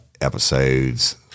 episodes